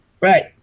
Right